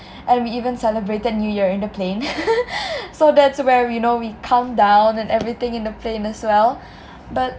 and we even celebrated new year in the plane so that's where we you know we count down and everything in the plane as well but